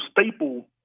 staple